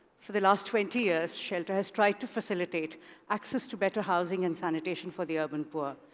for the last twenty years, shelter has tried to facilitate access to better housing and sanitation for the urban poor.